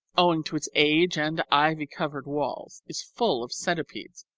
owing to its age and ivy-covered walls, is full of centipedes.